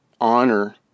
honor